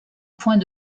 point